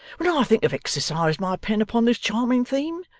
when i think i've exercised my pen upon this charming theme?